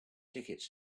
tickets